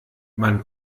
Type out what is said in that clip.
man